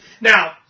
Now